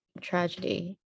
tragedy